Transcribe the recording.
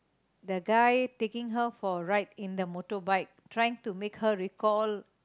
the guy taking her for a ride in the motorbike trying to make her recall